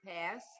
Pass